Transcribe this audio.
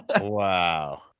Wow